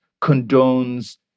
condones